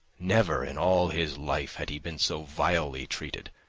never in all his life had he been so vilely treated,